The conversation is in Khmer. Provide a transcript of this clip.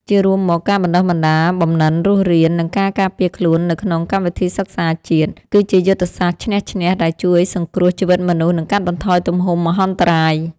ជារួមមក ការបណ្ដុះបណ្ដាលបំណិនរស់រាន និងការការពារខ្លួននៅក្នុងកម្មវិធីសិក្សាជាតិ គឺជាយុទ្ធសាស្ត្រឈ្នះ-ឈ្នះ ដែលជួយសង្គ្រោះជីវិតមនុស្ស និងកាត់បន្ថយទំហំមហន្តរាយ។